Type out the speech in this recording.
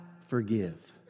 forgive